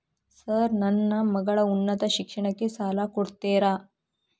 Sir ನನ್ನ ಮಗಳ ಉನ್ನತ ಶಿಕ್ಷಣಕ್ಕೆ ಸಾಲ ಕೊಡುತ್ತೇರಾ?